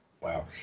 Wow